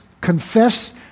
Confess